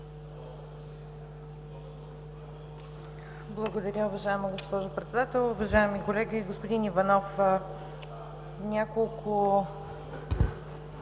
Благодаря, уважаема госпожо Председател. Уважаеми колеги, господин Иванов! Няколко